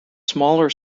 smaller